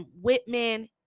Whitman